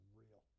real